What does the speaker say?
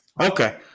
Okay